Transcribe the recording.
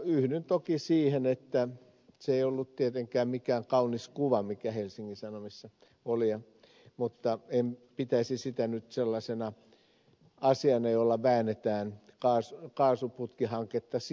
yhdyn toki siihen että se ei ollut tietenkään mikään kaunis kuva mikä helsingin sanomissa oli mutta en pitäisi sitä nyt sellaisena asiana jolla väännetään kaasuputkihanketta sijoiltaan